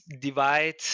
divide